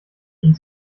ihn